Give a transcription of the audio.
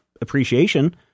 appreciation